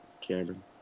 Cameron